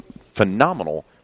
phenomenal